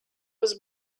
was